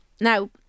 Now